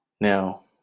now